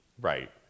right